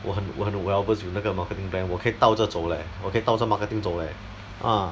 我很我很 well versed with 那个 marketing plan 我可以倒着走 leh 我可以倒着 marketing 走 leh ah